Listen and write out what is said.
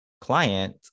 client